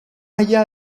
allá